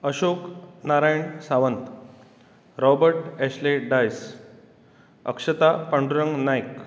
Ashok Narayan Sawant Robert Ashley Dias Akshata Pandurang Naik